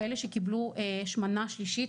כאלה שקיבלו מנה שלישית,